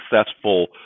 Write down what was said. successful